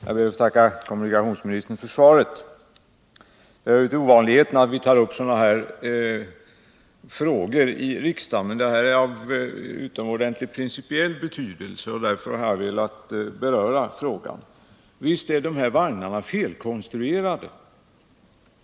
Herr talman! Jag ber att få tacka kommunikationsministern för svaret. Det hör till ovanligheterna att vi i riksdagen tar upp sådana här frågor, men eftersom den här frågan är av utomordentligt stor principiell betydelse har jag velat beröra den. Visst är de här vagnarna felkonstruerade.